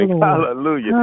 Hallelujah